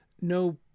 no